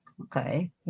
Okay